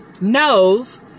knows